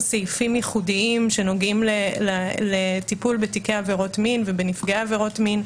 סעיפים ייחודיים שנוגעים לטיפול בתיקי עבירות מין ובנפגעי עבירות מין.